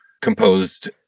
composed